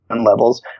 levels